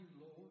Lord